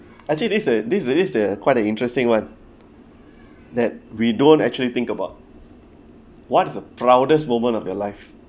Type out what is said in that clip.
actually this uh this is it uh quite a interesting [one] that we don't actually think about what is the proudest moment of your life